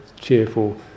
cheerful